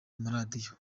maradiyo